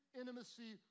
intimacy